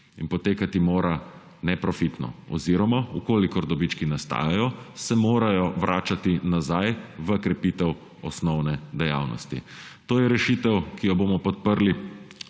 in potekati mora neprofitno, oziroma če dobički nastajajo, se morajo vračati nazaj za krepitev osnovne dejavnosti. To je rešitev, ki jo bomo podprli